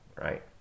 right